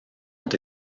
ont